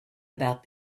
about